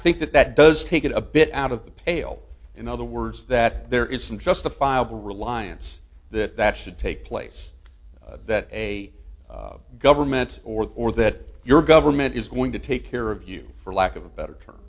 think that that does take it a bit out of the pale in other words that there is some justifiable reliance that that should take place that a government or or that your government is going to take care of you for lack of a better term